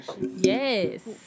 yes